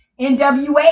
nwa